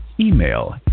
Email